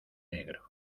negro